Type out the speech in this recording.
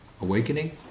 awakening